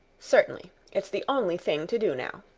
certainly. it's the only thing to do now.